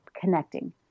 connecting